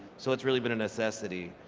so it's really been a necessity.